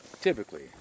Typically